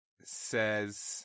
says